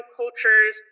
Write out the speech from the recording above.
cultures